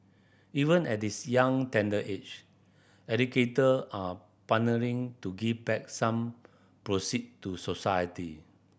even at this young tender age educator are partnering to give back some proceed to society